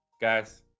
guys